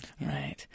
Right